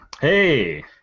Hey